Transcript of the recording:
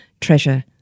Treasure